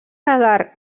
radar